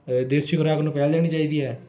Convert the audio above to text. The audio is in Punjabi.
ਦੇਸੀ ਖ਼ੁਰਾਕ ਨੂੰ ਪਹਿਲ ਦੇਣੀ ਚਾਹੀਦੀ ਹੈ